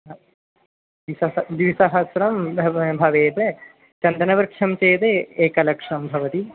ह द्विसहस्रं द्विसहस्रं भव भवेत् चन्दनवृक्षः चेद् एकलक्षं भवति